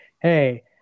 Hey